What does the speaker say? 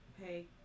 Hey